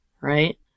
right